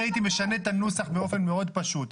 אני הייתי משנה את הנוסח באופן מאוד פשוט,